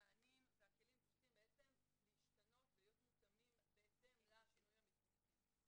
והכלים צריכים בעצם להשתנות ולהיות מותאמים בהתאם לשינויים המתווספים.